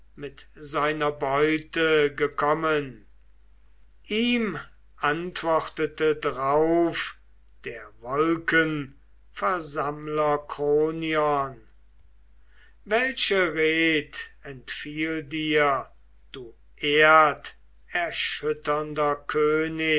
mit seiner beute gekommen ihm antwortete drauf der wolkenversammler kronion welche red entfiel dir du erderschütternder